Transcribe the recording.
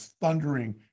thundering